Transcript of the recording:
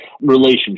relationship